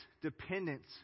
dependence